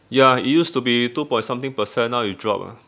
ya it used to be two point something percent now it dropped ah